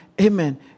Amen